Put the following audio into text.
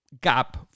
gap